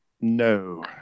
no